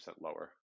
lower